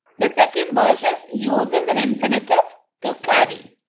the second version uses an infinitive to carry